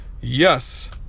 Yes